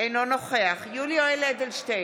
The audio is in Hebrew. אינו נוכח יולי יואל אדלשטיין,